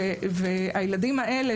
הילדים האלה,